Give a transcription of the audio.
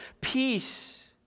peace